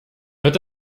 wird